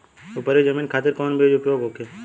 उपरी जमीन खातिर कौन बीज उपयोग होखे?